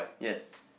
yes